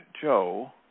Joe